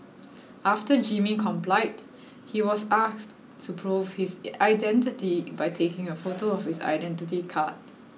after Jimmy complied he was asked to prove his identity by taking a photo of his identity card